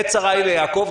עת צרה היא ליעקב,